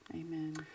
Amen